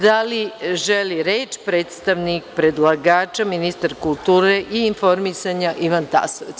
Da li želi reč predstavnik predlagača, ministar kulture i informisanja, Ivan Tasovac?